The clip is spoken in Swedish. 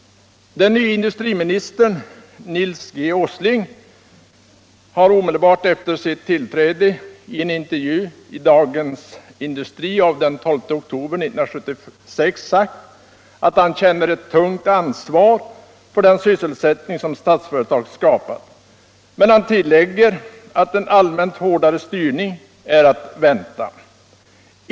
Den nye industriministern Nils G. Åsling har omedelbart efter sitt tillträde i en intervju i Dagens Industri av den 12 oktober 1976 sagt att han känner ett tungt ansvar för den sysselsättning som Statsföretag skapat, men han tillägger att en allmänt hårdare styrning är att vänta.